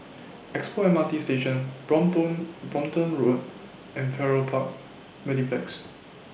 Expo M R T Station Brompton Brompton Road and Farrer Park Mediplex